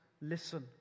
Listen